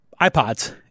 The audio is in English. iPods